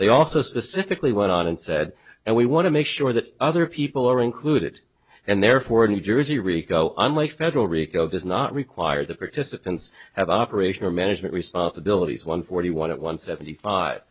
they also specifically went on and said and we want to make sure that other people are included and therefore new jersey rico unlike federal rico does not require the participants have operational management responsibilities one forty one one seventy